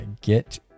get